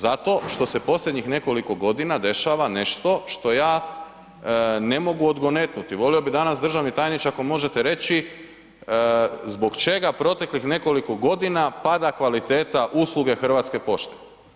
Zato što se posljednjih nekoliko godina dešava nešto što ja ne mogu odgonetnuti, volio bi danas državni tajniče ako možete reći zbog čega proteklih nekoliko godina pada kvaliteta usluge Hrvatske pošte?